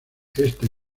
esta